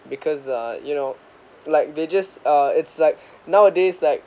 because uh you know like they just uh it's like nowadays like